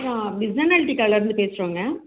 ஆ டிசனல்டிக்காலே இருந்து பேசுறோங்க